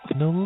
no